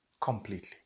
completely